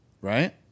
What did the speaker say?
Right